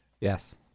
Yes